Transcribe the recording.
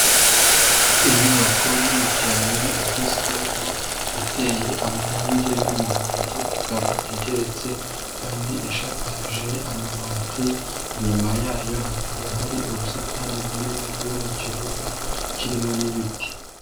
Inyubako nini cyane igezweho iteye amarangi y'umuhondo, ikaba igeretse kandi ishakakaje amabati, inyuma yayo hakaba hari ubusitani bunini buri mu kibuga kirimo n'ibiti.